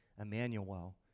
Emmanuel